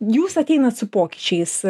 jūs ateinat su pokyčiais